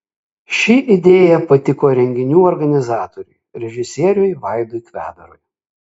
ši idėja patiko renginių organizatoriui režisieriui vaidui kvedarui